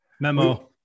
Memo